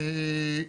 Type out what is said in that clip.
בנוסף,